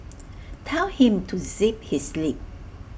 tell him to zip his lip